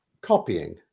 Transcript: copying